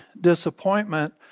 disappointment